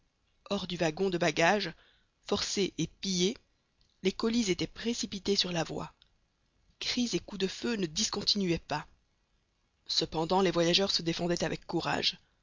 hors du wagon de bagages forcé et pillé les colis étaient précipités sur la voie cris et coups de feu ne discontinuaient pas cependant les voyageurs se défendaient avec courage